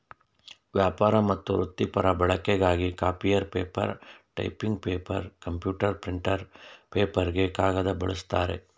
ವ್ಯಾಪಾರ ಮತ್ತು ವೃತ್ತಿಪರ ಬಳಕೆಗಾಗಿ copier paper typing paper computer printer ಪೇಪರ್ಗೆ ಕಾಗದ ಬಳಸ್ತಾರೆ